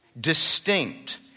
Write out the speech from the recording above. Distinct